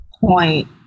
point